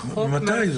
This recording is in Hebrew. ממתי זה?